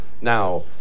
Now